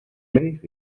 leeg